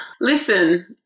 Listen